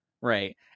Right